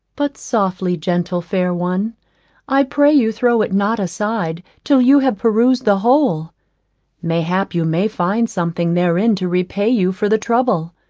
but softly, gentle fair one i pray you throw it not aside till you have perused the whole mayhap you may find something therein to repay you for the trouble.